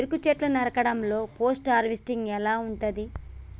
చెరుకు చెట్లు నరకడం లో పోస్ట్ హార్వెస్టింగ్ ఎలా ఉంటది?